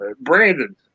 Brandon